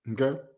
okay